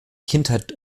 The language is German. kindheit